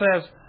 says